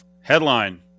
Headline